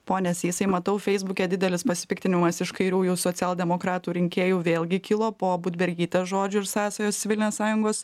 pone sysai matau feisbuke didelis pasipiktinimas iš kairiųjų socialdemokratų rinkėjų vėlgi kilo po budbergytės žodžių ir sąsajos civilinės sąjungos